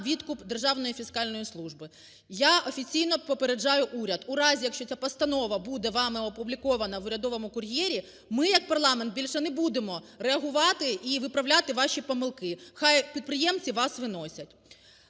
відкуп Державної фіскальної служби. Я офіційно попереджаю уряд: у разі, якщо ця постанова буде вами опублікована в "Урядовому кур'єрі", ми як парламент більше не будемо реагувати і виправляти ваші помилки. Хай підприємці вас виносять.